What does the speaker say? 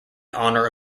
honour